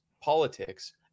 politics